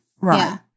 Right